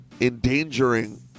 endangering